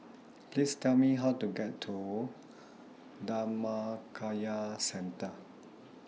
Please Tell Me How to get to Dhammakaya Centre